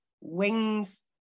Wings